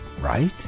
right